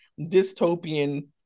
dystopian